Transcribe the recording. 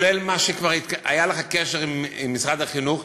כל מה שכבר היה לך קשר עם משרד החינוך,